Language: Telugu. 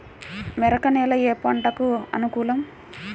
మెరక నేల ఏ పంటకు అనుకూలం?